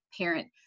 parent